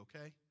okay